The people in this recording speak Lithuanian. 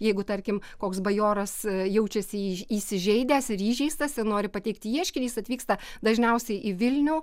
jeigu tarkim koks bajoras jaučiasi įsižeidęs ir įžeistas ir nori pateikti ieškinį jis atvyksta dažniausiai į vilnių